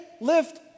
lift